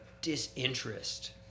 disinterest